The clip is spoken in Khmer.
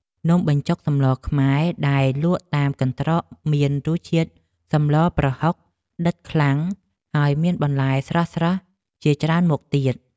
នំបញ្ចុកសម្លខ្មែរដែលលក់តាមកន្ត្រកមានរសជាតិសម្លប្រហុកដិតខ្លាំងហើយមានបន្លែស្រស់ៗជាច្រើនមុខទៀតផង។